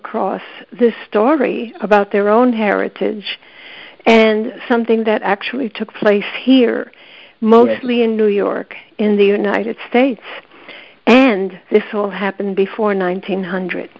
across this story about their own heritage and something that actually took place here mostly in new york in the united states and this all happened before in